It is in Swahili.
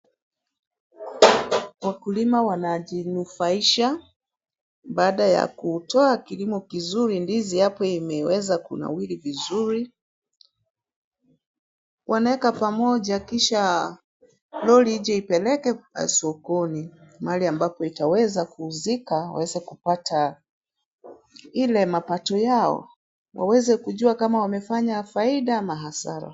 Wakulima wanajinufaisha baada ya kutoa kilimo kizuri. Ndizi hapo imeweza kunawiri vizuri. Wanaweka pamoja kisha lori ije ipeleke sokoni mahali ambapo itaweza kuuzika waweze kupata ile mapato yao waweze kujua kama wamefanya faida ama hasara.